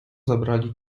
zabrali